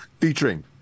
featuring